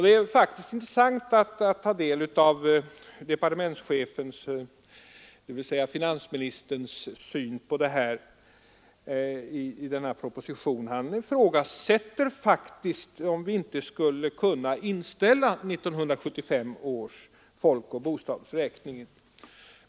Det är faktiskt intressant att ta del av departementschefens, dvs. finansministerns, syn på propositionen. Han ifrågasätter faktiskt om vi inte skulle kunna inställa 1975 års folkoch bostadsräkning.